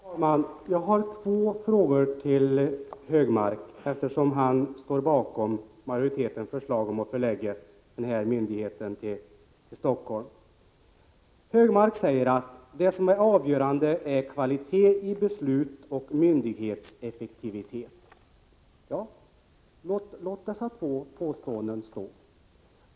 Herr talman! Jag har två frågor till herr Högmark, eftersom han står bakom majoritetens förslag om att förlägga den här myndigheten till Stockholm. Anders Högmark säger att det som är avgörande är kvalitet i beslut och myndighetseffektivitet. Ja, låt dessa två påståenden stå!